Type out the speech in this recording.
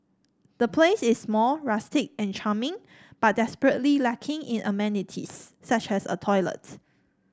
the place is small rustic and charming but desperately lacking in amenities such as a toilet